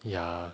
ya